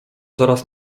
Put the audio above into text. zaraz